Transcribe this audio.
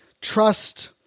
trust-